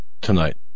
tonight